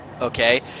okay